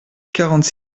quarante